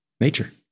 nature